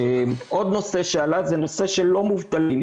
עוד נושא שעלה זה נושא של לא מובטלים.